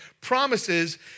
promises